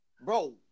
bro